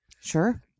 sure